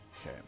Okay